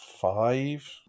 five